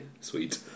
sweet